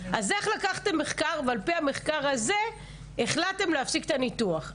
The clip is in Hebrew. אז איך לקחתם מחקר כזה ועל פי המחקר הזה החלטתם להפסיק את הניתוח?